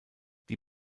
die